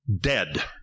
Dead